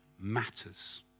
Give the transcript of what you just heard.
matters